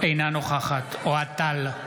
אינה נוכחת אוהד טל,